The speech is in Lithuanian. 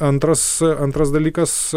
antras antras dalykas